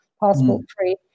passport-free